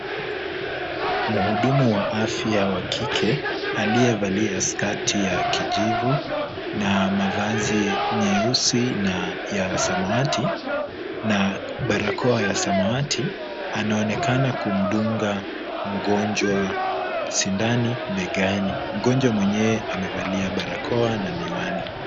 Mhudumu wa afya wa kike aliyevalia skati ya kijivu na mavazi nyeusi na ya samawati na barakoa ya samawati, anaonekana kumdunga mgonjwa sindano begani. Mgonjwa mwenyewe amevalia barakoa na miwani.